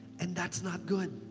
and that's not good.